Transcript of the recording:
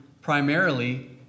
primarily